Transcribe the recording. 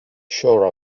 sure